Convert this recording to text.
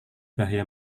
bahaya